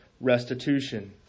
restitution